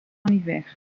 hiver